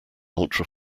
ultra